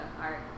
art